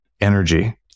energy